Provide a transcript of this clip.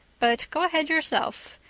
but go ahead yourself.